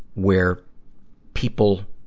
where people